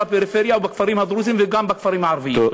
הפריפריה ובכפרים הדרוזיים וגם בכפרים הערביים.